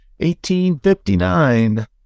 1859